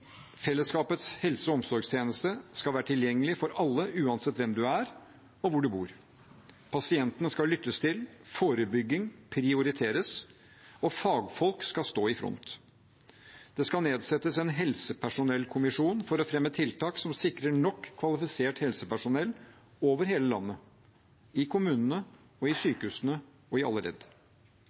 Fellesskapets helse- og omsorgstjeneste skal være tilgjengelig for alle, uansett hvem du er, og hvor du bor. Pasientene skal lyttes til, forebygging skal prioriteres, og fagfolk skal stå i front. Det skal nedsettes en helsepersonellkommisjon for å fremme tiltak som sikrer nok kvalifisert helsepersonell over hele landet – i kommunene, i sykehusene og i alle ledd.